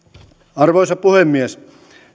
arvoisa puhemies